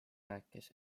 rääkis